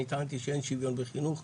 אני טענתי שאין שוויון בחינוך.